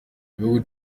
ibihugu